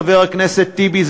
חבר הכנסת טיבי,